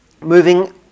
Moving